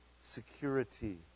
security